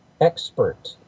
expert